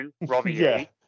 Robbie